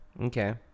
okay